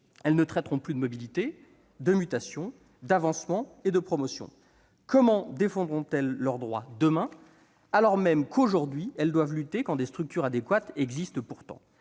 Elles ne traiteront plus de mobilité, de mutation, d'avancement et de promotion. Comment ces femmes défendront-elles leurs droits demain, alors même qu'aujourd'hui elles doivent lutter quand des structures adéquates existent pourtant ?